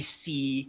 see